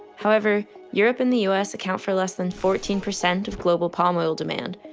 however, europe and the u s. account for less than fourteen percent of global palm oil demand.